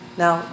now